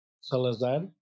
salazar